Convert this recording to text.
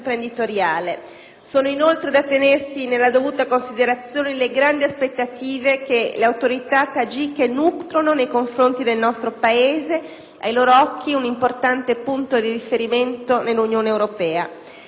ai loro occhi un importante punto di riferimento nell'Unione europea. Consapevole di tale ruolo, il Governo italiano non ha mancato di assicurare Dusanbe, in tutte le occasioni di incontro, ampio sostegno e disponibilità.